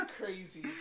crazy